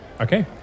Okay